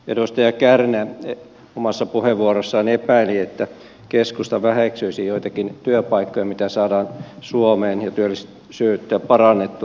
edustaja kärnä omassa puheenvuorossaan epäili että keskusta väheksyisi joitakin työpaikkoja mitä saadaan suomeen ja työllisyyttä parannettua